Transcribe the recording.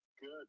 good